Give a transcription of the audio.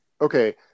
okay